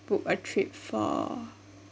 book a trip for